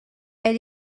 elle